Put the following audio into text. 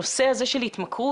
הנושא של התמכרות,